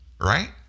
right